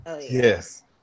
yes